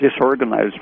disorganized